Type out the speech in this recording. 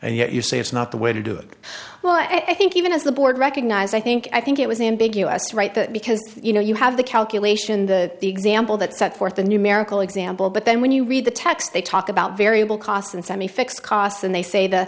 and yet you say it's not the way to do it well i think even as the board recognize i think i think it was ambiguous right that because you know you have the calculation the example that set forth the numerical example but then when you read the text they talk about variable cost and semi fixed cost and they say the